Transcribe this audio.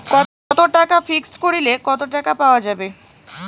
কত টাকা ফিক্সড করিলে কত টাকা পাওয়া যাবে?